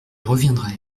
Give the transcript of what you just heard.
reviendrai